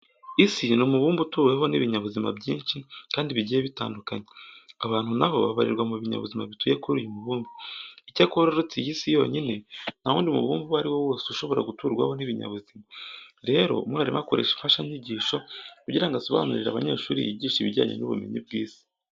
Isi ni umubumbe utuweho n'ibinyabuzima byinshi kandi bigiye bitandukanye. Abantu na bo babarirwa mu binyabuzima bituye kuri uyu mubumbe. Icyakora uretse Isi yonyine nta wundi mubumbe uwo ari wo wose ushobora guturwaho n'ibinyabuzima. Rero, umwarimu akoresha imfashanyigisho kugira ngo asobanurire abanyeshuri yigisha ibijyanye n'ubumenyi bw'Isi.